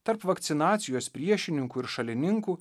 tarp vakcinacijos priešininkų ir šalininkų